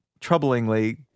troublingly